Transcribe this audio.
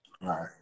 Right